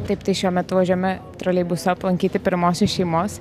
taip tai šiuo metu važiuojame troleibusu aplankyti pirmosios šeimos